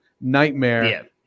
nightmare